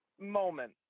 moment